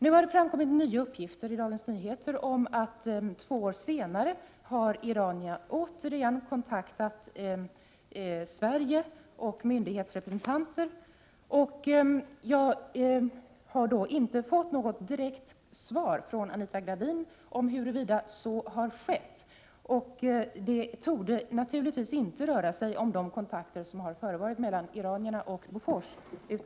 Nu har det framkommit nya uppgifter i Dagens Nyheter om att iranierna två år senare återigen kontaktade svenska myndighetsrepresentanter. Jag har inte fått något direkt svar från Anita Gradin om huruvida så har skett. Det torde naturligtvis inte röra sig om de kontakter som har förevarit mellan iranierna och Bofors.